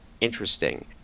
interesting